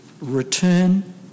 return